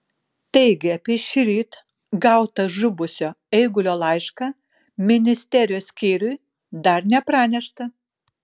taigi apie šįryt gautą žuvusio eigulio laišką ministerijos skyriui dar nepranešta